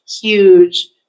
huge